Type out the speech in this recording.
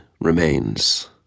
remains